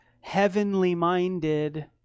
heavenly-minded